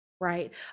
right